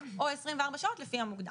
תוצאה או 24 שעות, לפי המוקדם.